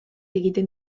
egiten